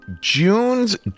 June's